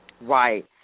Right